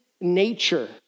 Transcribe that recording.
nature